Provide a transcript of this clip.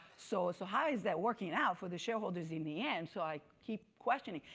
so so how is that working out for the shareholders in the end? so i keep questioning.